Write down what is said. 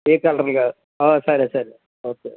ఏ కలర్లు కా సరే సరే ఓకే ఓకే